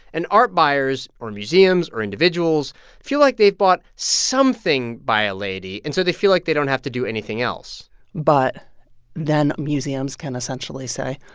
and art buyers or museums or individuals feel like they've bought something by a lady, and so they feel like they don't have to do anything else but then museums can essentially say,